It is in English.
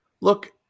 look